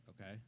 Okay